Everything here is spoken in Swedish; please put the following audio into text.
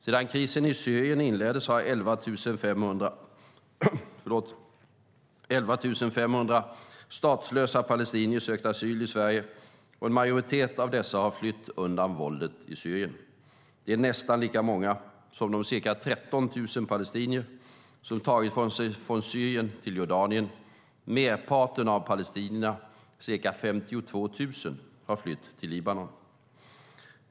Sedan krisen i Syrien inleddes har 11 500 statslösa palestinier sökt asyl i Sverige, och en majoritet av dessa har flytt undan våldet i Syrien. Det är nästan lika många som de ca 13 000 palestinier som tagit sig från Syrien till Jordanien. Merparten av palestinierna, ca 52 000, har flytt till Libanon.